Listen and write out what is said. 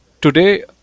Today